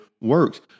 works